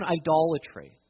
idolatry